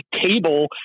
table